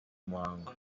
muhango